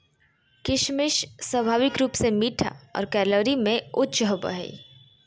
किशमिश स्वाभाविक रूप से मीठा आर कैलोरी में उच्च होवो हय